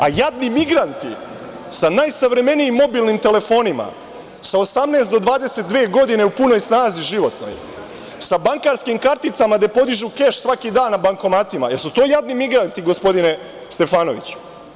A jadni migranti sa najsavremenijim mobilnim telefonima, sa 18 do 22 godine u punoj snazi životnoj, sa bankarskim karticama gde podižu keš svaki dan na bankomatima, jesu to jadni migranti gospodine Stefanoviću?